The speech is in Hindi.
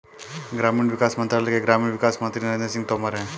ग्रामीण विकास मंत्रालय के ग्रामीण विकास मंत्री नरेंद्र सिंह तोमर है